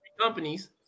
companies